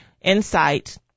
insight